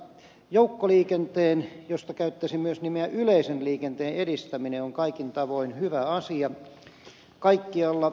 joukkoliikenteen edistäminen mistä käyttäisin myös nimeä yleisen liikenteen edistäminen on kaikin tavoin hyvä asia kaikkialla